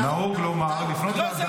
נהוג לומר, לפנות לאדם